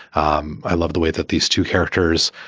um i love the way that these two characters